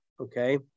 Okay